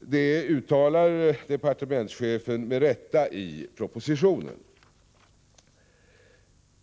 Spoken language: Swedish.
Detta uttalar departementschefen med rätta i propositionen.